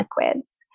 liquids